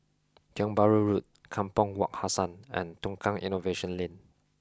Tiong Bahru Road Kampong Wak Hassan and Tukang Innovation Lane